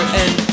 end